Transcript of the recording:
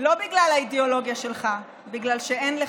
לא בגלל האידיאולוגיה שלך, בגלל שאין לך,